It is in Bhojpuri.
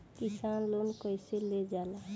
किसान लोन कईसे लेल जाला?